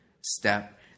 step